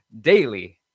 daily